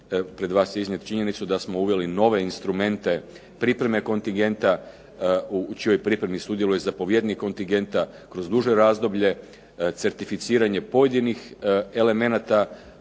pred vas iznijeti činjenicu da smo uveli nove instrumente pripreme kontingenta u čijoj pripremi sudjeluje zapovjednik kontingenta kroz duže razdoblje, certificiranje pojedinih elemenata,